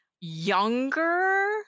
younger